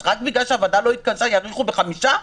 אז רק בגלל שהוועדה לא התכנסה יאריכו בחמישה?